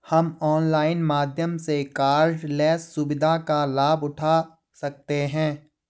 हम ऑनलाइन माध्यम से कॉर्डलेस सुविधा का लाभ उठा सकते हैं